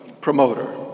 promoter